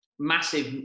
massive